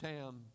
town